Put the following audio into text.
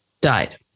died